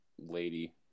lady